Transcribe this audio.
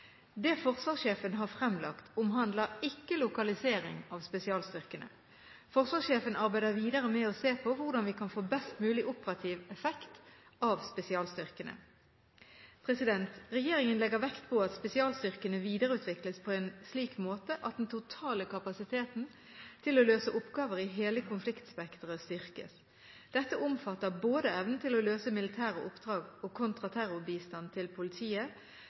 Det forsvarssjefen har fremlagt, omhandler ikke lokalisering av spesialstyrkene. Forsvarssjefen arbeider videre med å se på hvordan vi kan få best mulig operativ effekt av spesialstyrkene. Regjeringen legger vekt på at spesialstyrkene videreutvikles på en slik måte at den totale kapasiteten til å løse oppgaver i hele konfliktspekteret styrkes. Dette omfatter både evnen til å løse militære oppdrag og kontraterrorbistand til politiet,